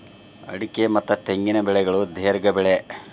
ಅಡಿಕೆ ಮತ್ತ ತೆಂಗಿನ ಬೆಳೆಗಳು ದೇರ್ಘ ಬೆಳೆ